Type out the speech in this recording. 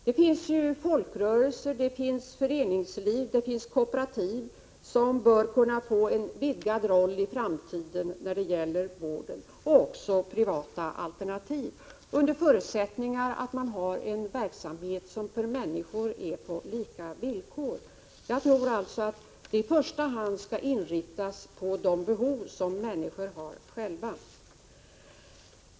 Det finns ju folkrörelser, föreningsliv och kooperativ som bör kunna få en vidgad roll i framtiden när det gäller vården, liksom också privata alternativ, under förutsättning att man har en verksamhet på lika villkor för människorna. Jag tror alltså att åtgärderna i första hand skall inriktas på de enskilda människornas behov.